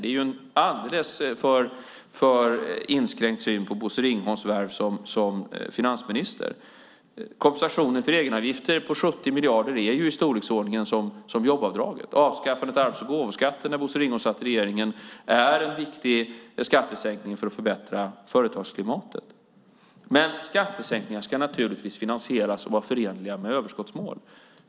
Det är en alldeles för inskränkt syn på Bosse Ringholms värv som finansminister. Kompensationen för egenavgifter på 70 miljarder är i storleksordningen som jobbavdraget. Avskaffandet av arvs och gåvoskatten när Bosse Ringholm satt i regeringen är en viktig skattesänkning för att förbättra företagsklimatet. Men skattesänkningar ska naturligtvis finansieras och vara förenliga med överskottsmål.